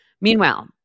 meanwhile